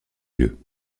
lieu